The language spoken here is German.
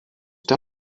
der